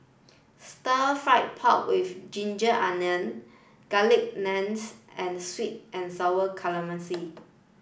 stir fried pork with ginger onion garlic naans and sweet and sour calamari